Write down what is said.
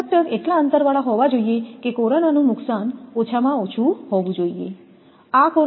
conductor એટલા અંતરવાળા હોવા જોઈએ કે કોરોનાનું નુકસાન ઓછામાં ઓછું હોવું જોઈએ